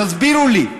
תסבירו לי.